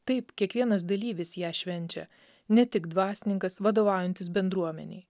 taip kiekvienas dalyvis ją švenčia ne tik dvasininkas vadovaujantis bendruomenei